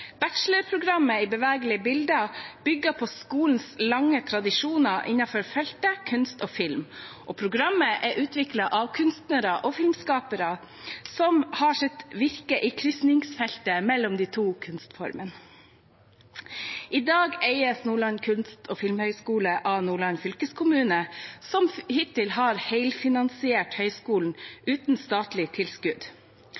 i bevegelige bilder bygger på skolens lange tradisjoner innenfor feltet kunst og film, og programmet er utviklet av kunstnere og filmskapere som har sitt virke i krysningsfeltet mellom de to kunstformene. I dag eies Nordland kunst- og filmhøgskole av Nordland fylkeskommune, som hittil har